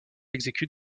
exécute